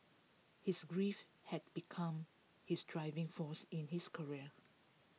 his grief had become his driving force in his career